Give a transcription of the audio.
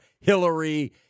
Hillary